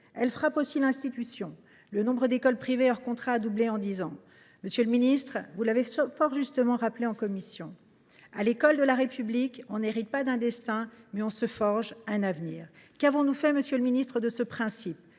elle frappe aussi l’institution : le nombre d’écoles privées hors contrat a doublé en dix ans. Monsieur le ministre, vous l’avez fort justement rappelé en commission : à l’école de la République, on n’hérite pas d’un destin, mais on se forge un avenir. Qu’avons nous fait de ce principe ?